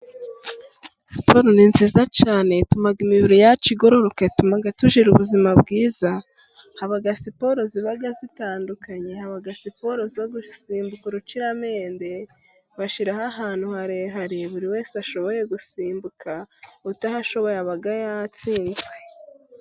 Siporo ni nziza cyane, ituma imibiri yacu igororoka, ituma tugira ubuzima bwiza, haba siporo ziba zitandukanye, haba siporo zo gusimbuka urucyiramende, bashyiraho ahantu harehare buri wese ashoboye gusimbuka utahashoboye aba yatsinzwe.